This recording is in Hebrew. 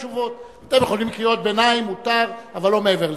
אתם יכולים קריאות ביניים, מותר, אבל לא מעבר לזה.